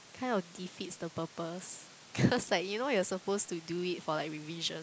kind of defeats the purpose cause like you know you are supposed to do it for like revision